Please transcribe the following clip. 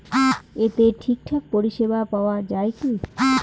এতে ঠিকঠাক পরিষেবা পাওয়া য়ায় কি?